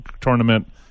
tournament